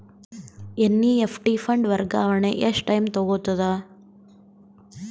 NEFT fund ವರ್ಗಾವಣೆ ಎಷ್ಟ time ತೋಗೊತದ?